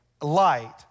light